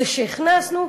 זה שהכנסנו,